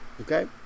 Okay